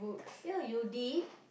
ya you did